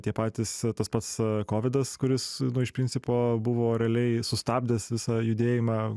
tie patys tas pats kovidas kuris iš principo buvo realiai sustabdęs visą judėjimą